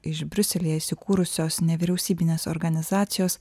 iš briuselyje įsikūrusios nevyriausybinės organizacijos